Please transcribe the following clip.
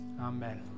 Amen